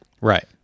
right